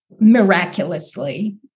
miraculously